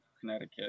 connecticut